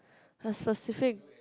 must specific